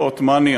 לא עות'מאני,